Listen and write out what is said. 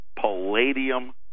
palladium